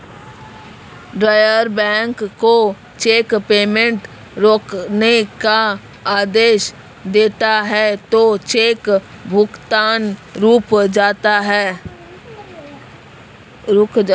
drawer bank को cheque payment रोकने का आदेश देता है तो चेक भुगतान रुक जाता है